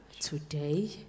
today